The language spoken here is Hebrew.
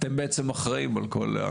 אתם בעצם אחראים על הכל.